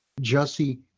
jussie